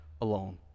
alone